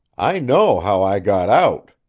i know how i got out.